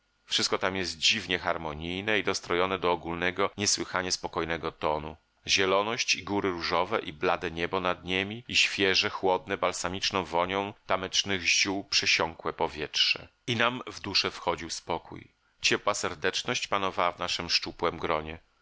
wszystko tam jest dziwnie harmonijne i dostrojone do ogólnego niesłychanie spokojnego tonu zieloność i góry różowe i blade niebo nad niemi i świeże chłodne balsamiczną wonią tamecznych ziół przesiąkłe powietrze i nam w dusze wchodził spokój ciepła serdeczność panowała w naszem szczupłem gronie